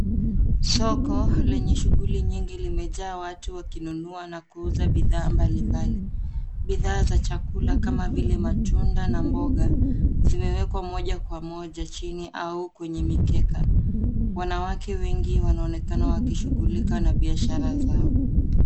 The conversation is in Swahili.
Soko lenye shughuli nyingi limejaa watu wakinunua na kuuza bidhaa mbalimbali. Bidhaa za chakula kama vile matunda na mboga zimewekwa moja kwa moja chini au kwenye mikeka. Wanawake wengi wanaonekana wakishughulika na biashara zao.